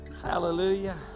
Hallelujah